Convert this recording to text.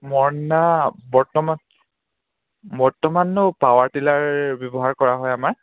মৰণা বৰ্তমান বৰ্তমানো পাৱাৰ টিলাৰ ব্যৱহাৰ কৰা হয় আমাৰ